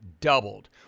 doubled